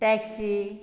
taxi